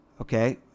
okay